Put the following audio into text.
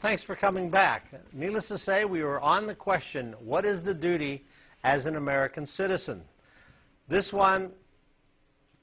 thanks for coming back needless to say we are on the question what is the duty as an american citizen this one